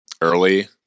early